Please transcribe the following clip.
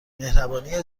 مهربانی